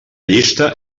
llista